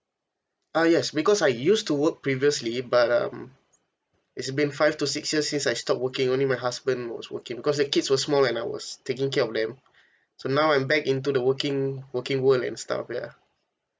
uh yes because I used to work previously but um it's been five to six years since I stopped working only my husband was working cause the kids were small and I was taking care of them so now I'm back into the working working world and stuff ya